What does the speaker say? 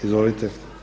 Izvolite.